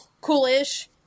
Cool-ish